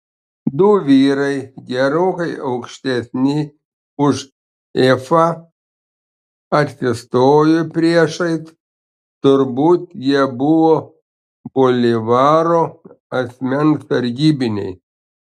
du vyrai gerokai aukštesni už efą atsistojo priešais turbūt jie buvo bolivaro asmens sargybiniai